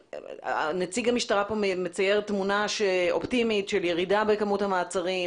נציג המשטרה מצייר כאן תמונה אופטימית של ירידה בכמות המעצרים,